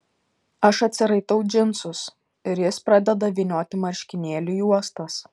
aš atsiraitau džinsus ir jis pradeda vynioti marškinėlių juostas